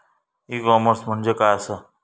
E commerce म्हणजे काय असा?